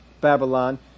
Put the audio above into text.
Babylon